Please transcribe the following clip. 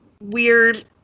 weird